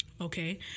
okay